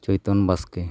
ᱪᱳᱭᱛᱚᱱ ᱵᱟᱥᱠᱮ